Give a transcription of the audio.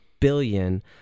Billion